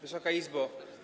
Wysoka Izbo!